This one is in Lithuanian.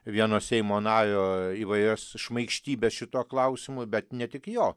vieno seimo nario įvairias šmaikštybes šituo klausimu bet ne tik jo